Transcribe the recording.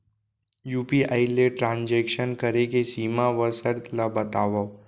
UPI ले transaction करे के सीमा व शर्त ला बतावव?